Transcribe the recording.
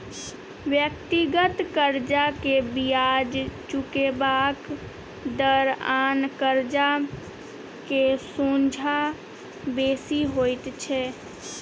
व्यक्तिगत कर्जा के बियाज चुकेबाक दर आन कर्जा के सोंझा बेसी होइत छै